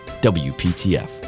WPTF